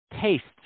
tastes